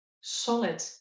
solid